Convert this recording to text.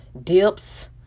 dips